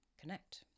connect